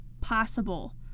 possible